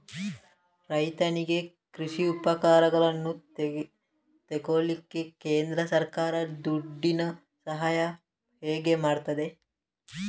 ರೈತನಿಗೆ ಕೃಷಿ ಉಪಕರಣಗಳನ್ನು ತೆಗೊಳ್ಳಿಕ್ಕೆ ಕೇಂದ್ರ ಸರ್ಕಾರ ದುಡ್ಡಿನ ಸಹಾಯ ಹೇಗೆ ಮಾಡ್ತದೆ?